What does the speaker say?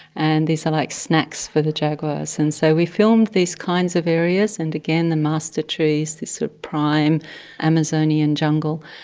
and these are like snacks for the jaguars. and so we filmed these kinds of areas, and again, the master trees, the sort of prime amazonian jungle,